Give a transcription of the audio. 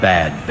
Bad